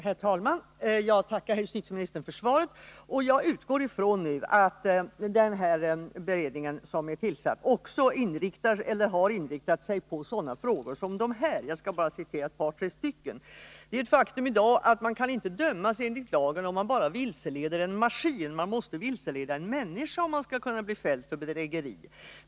Herr talman! Jag tackar justitieministern för svaret. Jag utgår nu ifrån att den beredning som är tillsatt också inriktar sig, eller harinriktat sig, på sådana frågor som de jag här kommer att beröra — jag skall bara nämna ett par tre stycken. Det är ett faktum att man i dag inte kan dömas enligt lagen om man bara vilseleder en maskin. Man måste vilseleda en människa, om man skall kunna bli fälld för bedrägeri.